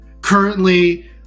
Currently